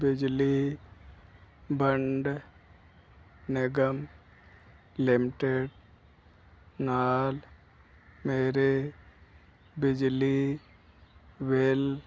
ਬਿਜਲੀ ਵੰਡ ਨਿਗਮ ਲਿਮਟਿਡ ਨਾਲ ਮੇਰੇ ਬਿਜਲੀ ਬਿਲ